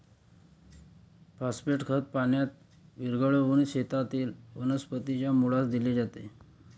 phosphate खत पाण्यात विरघळवून शेतातील वनस्पतीच्या मुळास दिले जाते